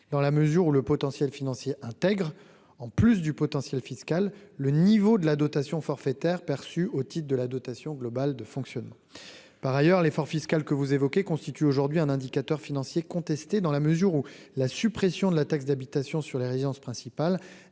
dans la mesure où le potentiel financier intègre, en plus du potentiel fiscal, le niveau de la dotation forfaitaire perçus au titre de la dotation globale de fonctionnement par ailleurs l'effort fiscal que vous évoquez, constitue aujourd'hui un indicateur financier contesté dans la mesure où la suppression de la taxe d'habitation sur les résidences principales